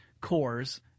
cores